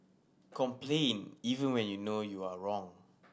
complain even when you know you are wrong